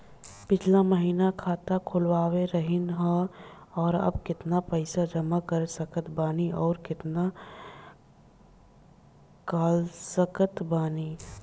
पिछला महीना खाता खोलवैले रहनी ह और अब केतना पैसा जमा कर सकत बानी आउर केतना इ कॉलसकत बानी?